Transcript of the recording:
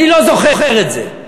אני לא זוכר את זה.